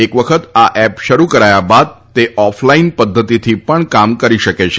એક વખત આ એપ શરૂ કરાયા બાદ તે ઓફ લાઈન પદ્વતિથી પણ કામ કરી શકે છે